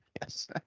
Yes